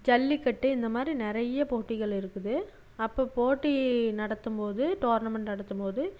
ஜல்லிக்கட்டு இந்த மாதிரி நிறைய போட்டிகள் இருக்குது அப்போ போட்டி நடத்தும் போது டோர்னமெண்ட் நடத்தும் போது